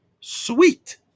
sweet